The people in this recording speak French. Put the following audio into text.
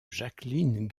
jacqueline